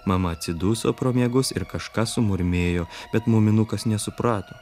mama atsiduso pro miegus ir kažką sumurmėjo bet muminukas nesuprato